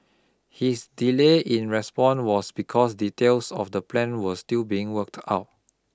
his delay in response was because details of the plan was still being worked out